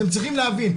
אתם צריכים להבין,